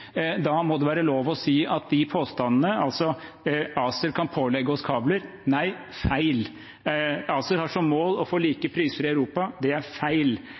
da må det være lov å si det. For eksempel: ACER kan pålegge oss kabler – nei, feil. ACER har som mål å få like priser i Europa – det er feil. ACER vil utfordre norsk eierskap – det er feil.